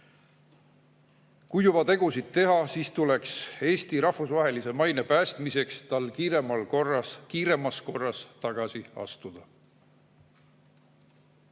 Kui juba tegusid teha, siis tuleks tal Eesti rahvusvahelise maine päästmiseks kiiremas korras tagasi